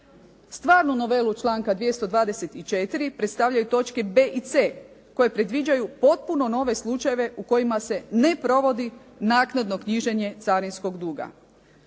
Stvarnu novelu članka 224. predstavljaju točke B i C koje predviđaju potpuno nove slučajeve u kojima se ne provodi naknadno knjiženje carinskog duga.